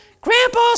grandpa